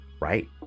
Right